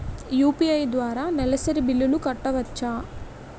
UPI ద్వారా నెలసరి బిల్లులు కట్టవచ్చా?